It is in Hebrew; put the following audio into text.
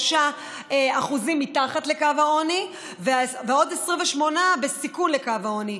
23% מתחת לקו העוני ועוד 28% בסיכון לקו העוני.